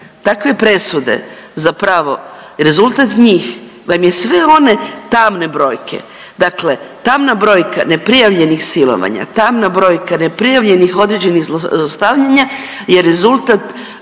Takve presude zapravo rezultat njih vam je sve one tamne brojke, dakle tamna brojka neprijavljenih silovanja, tamna brojka neprijavljenih određenih zlostavljanja je rezultat